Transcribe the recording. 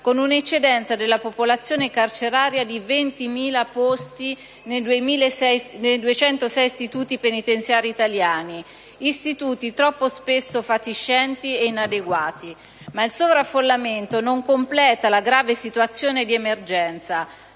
con un'eccedenza della popolazione carceraria di 20.000 posti nei 206 istituti penitenziari italiani, istituti troppo spesso fatiscenti e inadeguati. Ma il sovraffollamento non completa la grave situazione di emergenza: